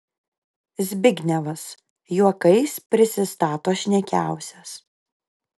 zbignevas juokais prisistato šnekiausias